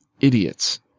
Idiots